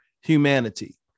humanity